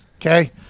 Okay